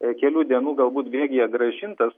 kelių dienų galbūt bėgyje grąžintas